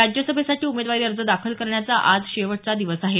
राज्यसभेसाठी उमेदवारी अर्ज दाखल करण्याचा आज शेवटचा दिवस आहे